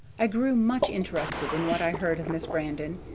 i grew much interested in what i heard of miss brandon,